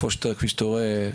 כפי שאתה רואה,